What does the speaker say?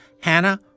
Hannah